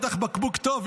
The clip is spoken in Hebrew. בטח בקבוק טוב,